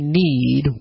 need